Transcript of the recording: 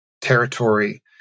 territory